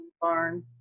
barn